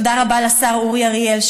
תודה רבה לשר אורי אריאל,